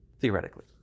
theoretically